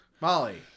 Molly